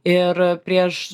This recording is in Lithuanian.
ir prieš